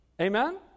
amen